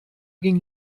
ging